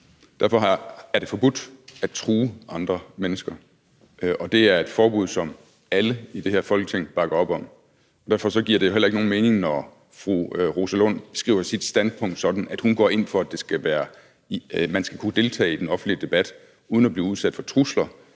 derfor er det forbudt at true andre mennesker, og det er et forbud, som alle i det her Folketing bakker op om. Derfor giver det heller ikke nogen mening, når fru Rosa Lund beskriver sit standpunkt sådan, at hun går ind for, at man skal kunne deltage i den offentlige debat uden at blive udsat for trusler,